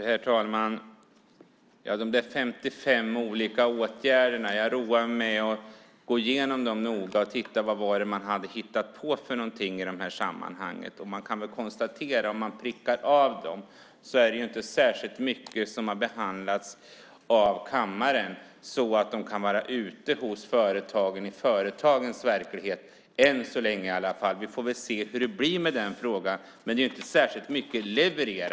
Herr talman! De där 55 olika åtgärderna roade jag mig med att gå igenom noggrant och tittade då på vad det var man hade hittat på i de här sammanhangen. Om man prickar av dem så ser man att det inte är särskilt mycket som har behandlats av kammaren så att de kan komma ut till företagen i företagens verklighet - än så länge i alla fall. Vi får väl se hur det blir med den frågan, men det är inte särskilt mycket levererat.